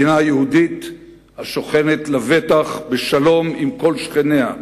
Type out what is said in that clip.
מדינה יהודית השוכנת לבטח בשלום עם כל שכניה,